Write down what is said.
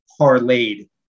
parlayed